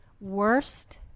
worst